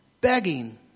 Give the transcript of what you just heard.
begging